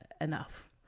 enough